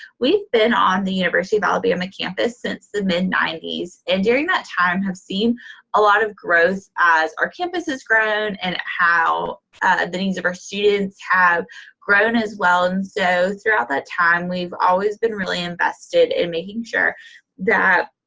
we've been on the university of alabama campus since the mid ninety s, and during that time, have seen a lot of growth as our campus has grown, and how the needs of our students have grown as well. and so, throughout that time we've always been really invested in making sure that